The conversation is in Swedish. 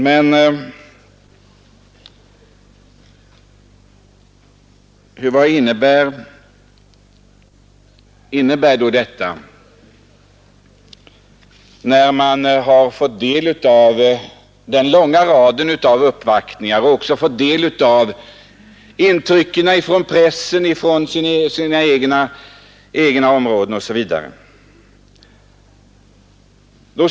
Men vad innebär då detta? Det börjar man undra sedan man har fått ta emot den långa raden av uppvaktningar, läst pressen osv.